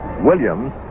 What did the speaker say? Williams